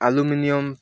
aluminium